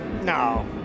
no